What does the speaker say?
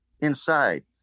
inside